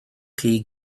chi